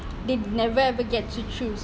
they never ever get to choose